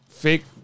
Fake